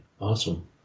awesome